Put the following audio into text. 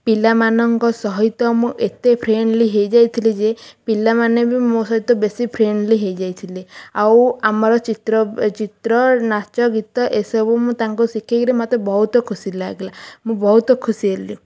ପିଲାମାନଙ୍କ ସହିତ ମୁଁ ଏତେ ଫ୍ରେଣ୍ଡଲି ହେଇ ଯାଇଥିଲି ଯେ ପିଲାମାନେ ବି ମୋ ସହିତ ବେଶୀ ଫ୍ରେଣ୍ଡଲି ହେଇ ଯାଇଥିଲେ ଆଉ ଆମର ଚିତ୍ର ଚିତ୍ର ନାଚଗୀତ ଏସବୁ ମୁଁ ତାଙ୍କୁ ଶିଖେଇି କିରି ମୋତେ ବହୁତ ଖୁସି ଲାଗିଲା ମୁଁ ବହୁତ ଖୁସି ହେଲି